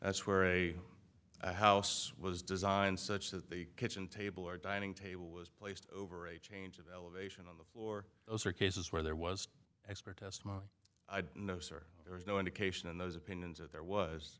that's where a house was designed such that the kitchen table or dining table was placed over a change of elevation on the floor those are cases where there was expert testimony no sir there was no indication in those opinions that there was